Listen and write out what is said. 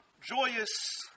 joyous